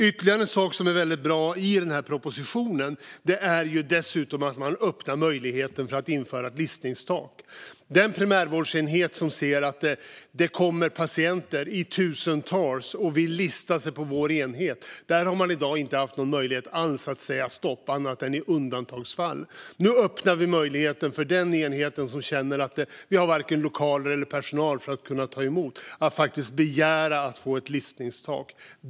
Ytterligare en sak som är väldigt bra i propositionen är att man öppnar för möjligheten att införa listningstak. Den primärvårdsenhet som ser att det kommer patienter i tusental och vill lista sig har i dag inte haft någon möjlighet alls att säga stopp annat i undantagsfall. Nu öppnar vi möjligheten för den enhet som känner att de varken har lokaler eller personal att kunna ta emot att faktiskt begära att få ett listningstak.